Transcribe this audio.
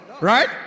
right